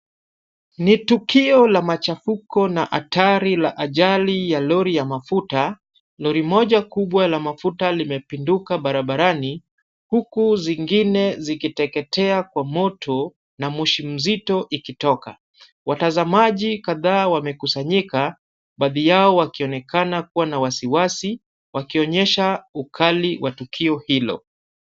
Ni tukio la machafuko na hatari la ajali ya lori ya mafuta. Lori moja kubwa la mafuta limepinduka barabarani, huku zingine zikiteketea kwa moto na moshi mzito ikitoka. Watazamaji kadhaa wamekusanyika, baadhi yao wakionekana kuwa na wasiwasi, wakionyesha ukali wa tukio hilo.